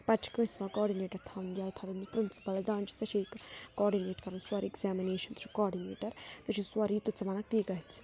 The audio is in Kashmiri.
پَتہٕ چھِ کٲنٛسہِ یِوان کاڈنیٹَر تھاوُن یا تھاونہٕ یہِ پِرٛنسپلَس دپان چھِ ژےٚ چھِ ییٚتہِ کاڈنیٹ کَرُن سورُے ایٚگزامنیشَن ژٕ چھُکھ کاڈنیٹَر ژےٚ چھِ سورُے یہِ تہِ ژٕ وَنَکھ تی گژھِ